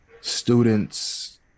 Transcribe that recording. Students